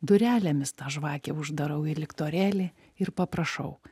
durelėmis tą žvakę uždarau į liktorėlį ir paprašau